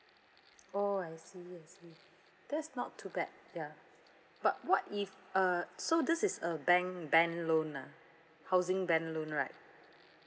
oh I see I see that's not too bad ya but what if uh so this is a bank bank loan ah housing bank loan right